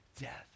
death